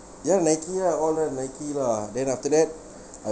ya nike lah all are nike lah nike lah then after that I'll